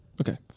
Okay